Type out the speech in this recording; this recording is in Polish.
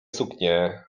suknie